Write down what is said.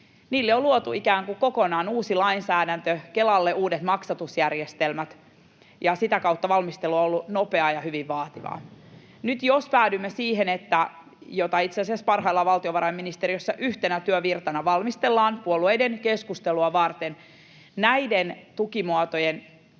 ikään kuin kokonaan uusi lainsäädäntö, Kelalle uudet maksatusjärjestelmät, ja sitä kautta valmistelu on ollut nopeaa ja hyvin vaativaa. Nyt, jos päädymme näiden tukimuotojen reunaehtojen parantamiseen, jota itse asiassa parhaillaan valtiovarainministeriössä yhtenä työvirtana valmistellaan puolueiden keskustelua varten, niin sellaiset